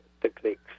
techniques